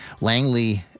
Langley